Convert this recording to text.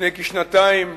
לפני כשנתיים,